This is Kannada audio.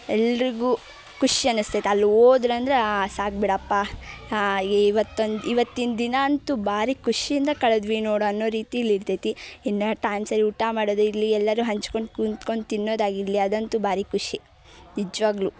ಎಲ್ಲರಿಗೂ ಖುಷಿ ಅನ್ನಿಸ್ತೈತಿ ಅಲ್ಲಿ ಹೋದ್ರಂದ್ರೆ ಆ ಸಾಕು ಬಿಡಪ್ಪ ಇವತ್ತೊಂದು ಇವತ್ತಿನ ದಿನ ಅಂತೂ ಭಾರಿ ಖುಷಿಯಿಂದ ಕಳೆದ್ವಿ ನೋಡು ಅನ್ನೋ ರೀತಿಲಿ ಇರ್ತೈತಿ ಇನ್ನು ಟೈಮ್ಗೆ ಸರಿ ಊಟ ಮಾಡೋದಿರಲಿ ಎಲ್ಲರೂ ಹಂಚ್ಕೊಂಡು ಕೂತ್ಕೊಂದ್ ತಿನ್ನೋದಾಗಿರಲಿ ಅದಂತೂ ಭಾರಿ ಖುಷಿ ನಿಜ್ವಾಗ್ಯೂ